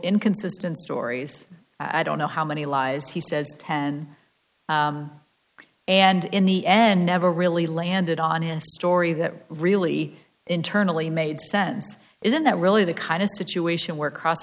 inconsistent stories i don't know how many lies he says ten and in the end never really landed on a story that really internally made sense isn't that really the kind of situation where cross